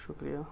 شکریہ